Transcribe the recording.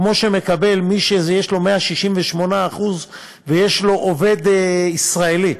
כמו שמקבל מי שיש לו 168% ויש לו עובד ישראלי.